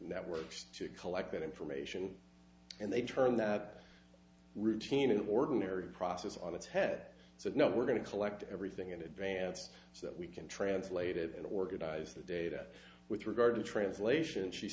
networks to collect that information and they turn that routine ordinary process on its head so now we're going to collect everything in advance so that we can translate it and organize the data with regard to translation she